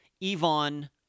Yvonne